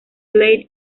plate